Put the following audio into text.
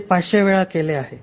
ते 500 वेळा आहे